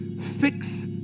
fix